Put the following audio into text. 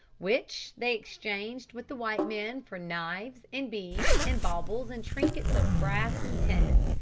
which they exchanged with the white men for knives, and beads, and baubles and trinkets of brass and tin.